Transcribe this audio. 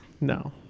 No